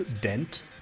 Dent